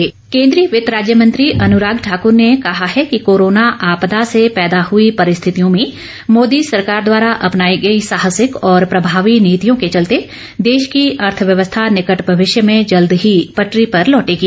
अन्राग ठाकुर केन्द्रीय वित्त राज्य मंत्री अनुराग ठाकुर ने कहा है कि कोरोना आपदा से पैदा हुई परिस्थितियों में मोदी सरकार द्वारा अपनाई गई साहसिक और प्रभावी नीतियों के चलते देश की अर्थव्यवस्था निकट भविष्य में जल्दी ही पटरी पर लौटेगी